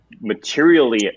materially